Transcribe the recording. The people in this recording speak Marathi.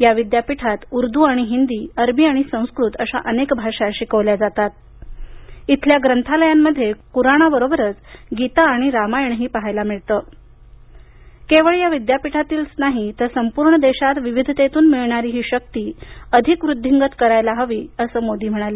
या विद्यापीठात उर्दू आणि हिंदी अरबी आणि संस्कृत अशा अनेक भाषा शिकवल्या जातात इथल्या ग्रंथालयांमध्ये कुराणाबरोबरच गीता आणि रामायणही पाहायला मिळतं केवळ या विद्यापीठातलीच नाही तर संपूर्ण देशात विविधतेतून मिळणारी ही शक्ती अधिक वृद्धिंगत करायला हवी असं मोदी म्हणाले